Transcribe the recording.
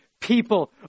people